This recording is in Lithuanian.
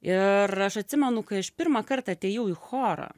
ir aš atsimenu kai aš pirmą kartą atėjau į chorą